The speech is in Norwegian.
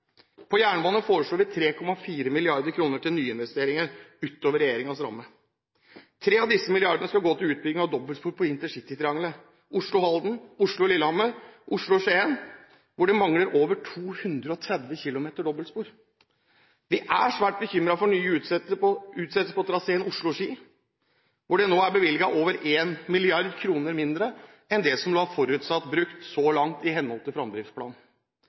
På jernbane foreslår vi 3,4 mrd. kr til nyinvesteringer utover regjeringens ramme. Tre av disse milliardene skal gå til utbyggingen av dobbeltspor på intercitytriangelet Oslo–Halden, Oslo–Lillehammer og Oslo–Skien, hvor det mangler over 230 km dobbeltspor. Vi er svært bekymret for nye utsettelser på traseen Oslo–Ski, hvor det nå er bevilget over 1 mrd. kr mindre enn det som var forutsatt brukt så langt i henhold til